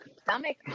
stomach